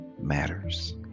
matters